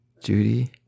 Judy